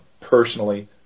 personally